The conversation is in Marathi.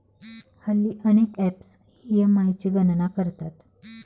हल्ली अनेक ॲप्स ई.एम.आय ची गणना करतात